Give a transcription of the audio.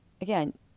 again